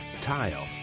tile